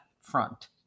front